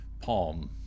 palm